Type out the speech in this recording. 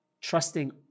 trusting